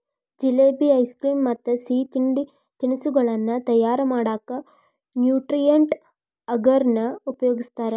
jalebi, ice cream ಮತ್ತ್ ಸಿಹಿ ತಿನಿಸಗಳನ್ನ ತಯಾರ್ ಮಾಡಕ್ ನ್ಯೂಟ್ರಿಯೆಂಟ್ ಅಗರ್ ನ ಉಪಯೋಗಸ್ತಾರ